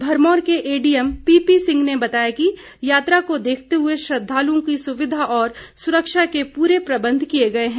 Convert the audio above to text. भरमौर के ADM PP Singh ने बताया कि यात्रा को देखते हुए श्रद्वालुओं की सुविघा और सुरक्षा के पूरे प्रबंध किए गए हैं